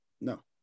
No